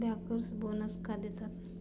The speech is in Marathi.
बँकर्स बोनस का देतात?